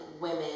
women